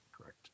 Correct